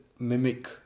mimic